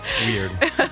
Weird